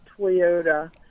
Toyota